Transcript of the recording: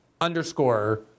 underscore